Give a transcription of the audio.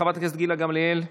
חברת הכנסת גילה גמליאל,